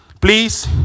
please